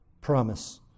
promise